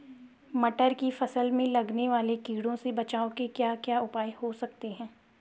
मटर की फसल में लगने वाले कीड़ों से बचाव के क्या क्या उपाय हो सकते हैं?